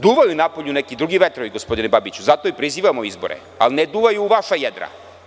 Duvaju napolju neki drugi vetrovi, gospodine Babiću, zato i prizivamo izbore, ali ne duvaju u vaša jedra.